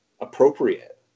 appropriate